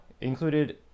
included